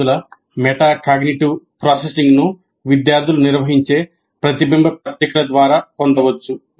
విద్యార్థుల మెటాకాగ్నిటివ్ ప్రాసెసింగ్ను విద్యార్థులు నిర్వహించే ప్రతిబింబ పత్రికల ద్వారా పొందవచ్చు